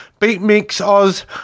BeatMixOz